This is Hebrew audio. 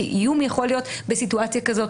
כי איום יכול להיות בסיטואציה כזאת,